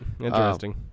Interesting